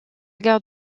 gare